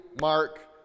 Mark